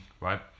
Right